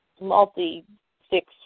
multi-six